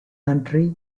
country